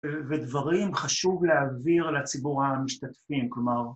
ודברים חשוב להעביר לציבור המשתתפים, כלומר...